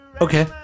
Okay